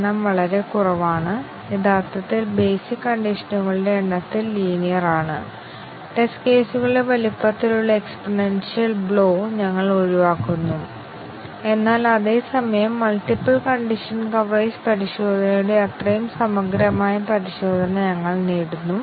ഇപ്പോൾ ഈ ബ്രാഞ്ച് എക്സ്പ്രഷനായി ഒന്നിലധികം കണ്ടീഷൻ കവറേജ് നേടുന്ന ഒരു ടെസ്റ്റ് സ്യൂട്ട് എന്താണെന്ന് നമുക്ക് നോക്കാം ഇഫ് സ്റ്റേറ്റ്മെൻറ് ഇൽ ഒന്നിലധികം കണ്ടീഷൻ കവറേജ് നേടുന്ന ടെസ്റ്റ് കേസ് എന്തായിരിക്കും